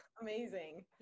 Amazing